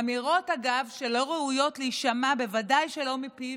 אמירות, אגב, שלא ראויות להישמע, בוודאי שלא מפי